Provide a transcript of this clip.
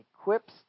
equips